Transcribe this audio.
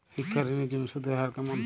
শিক্ষা ঋণ এর জন্য সুদের হার কেমন?